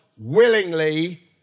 Willingly